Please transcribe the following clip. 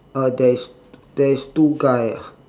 uh there is there is two guy ah